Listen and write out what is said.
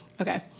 Okay